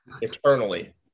eternally